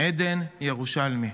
עדן ירושלמי.